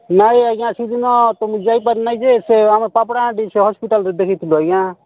ନାଇ ଆଜ୍ଞା ସେ ଦିନ ତୁମେ ଯାଇ ପାରି ନାଇ ସେ ଆମର ପାପେଡ଼ା ଜିନିଷ ହସ୍ପିଟାଲ୍ରେ ଦେଖି ଥିଲୁ ଆଜ୍ଞା